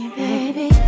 baby